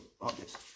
Obvious